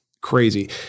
crazy